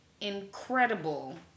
incredible